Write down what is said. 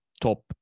top